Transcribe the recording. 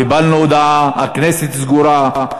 קיבלנו הודעה, הכנסת סגורה.